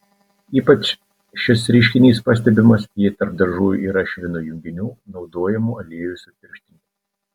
ypač šis reiškinys pastebimas jei tarp dažų yra švino junginių naudojamų aliejui sutirštinti